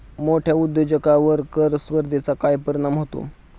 मोठ्या उद्योजकांवर कर स्पर्धेचा काय परिणाम होतो?